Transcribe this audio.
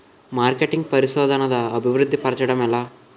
marketing పరిశోధనదా అభివృద్ధి పరచడం ఎలా